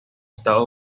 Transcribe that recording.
estados